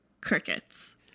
Crickets